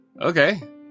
okay